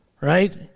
right